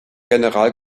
general